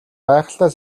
гайхалтай